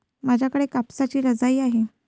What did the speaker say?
माझ्याकडे कापसाची रजाई आहे